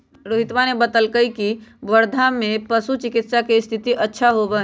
रोहितवा ने बतल कई की वर्धा में पशु चिकित्सा के स्थिति अच्छा होबा हई